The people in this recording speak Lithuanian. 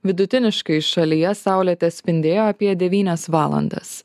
vidutiniškai šalyje saulė tespindėjo apie devynias valandas